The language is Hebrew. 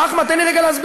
אחמד, תן לי רגע להסביר.